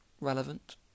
relevant